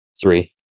Three